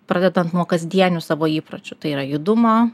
pradedant nuo kasdienių savo įpročių tai yra judumo